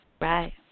Right